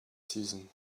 season